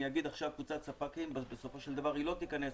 אגיד עכשיו קבוצת ספקים ובסופו של דבר היא לא תיכנס,